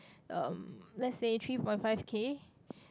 um let's say three point five K